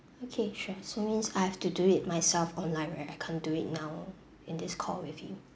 okay sure so means I have to do it myself online where I can't do it now in this call with you